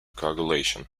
coagulation